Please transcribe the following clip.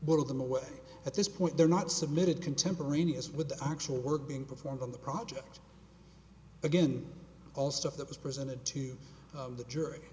blow them away at this point they're not submitted contemporaneous with the actual work being performed on the project again all stuff that was presented to the jury